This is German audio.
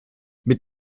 mit